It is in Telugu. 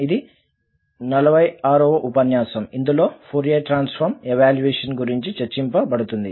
ఇది 46 వ ఉపన్యాసం ఇందులో ఫోరియర్ ట్రాన్సఫార్మ్ ఎవాల్యుయేషన్ గురించి చర్చించబడుతుంది